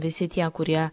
visi tie kurie